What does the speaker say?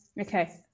okay